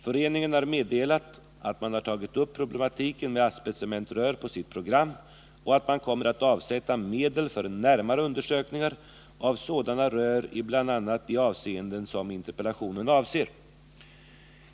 Föreningen har meddelat att man har tagit upp problematiken med asbestcementrör på sitt program och att man kommer att avsätta medel för närmare undersökningar av sådana rör i bl.a. de avseenden som interpellationen avser.